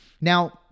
Now